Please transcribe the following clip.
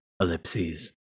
ellipses